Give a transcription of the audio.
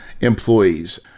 employees